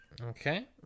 Okay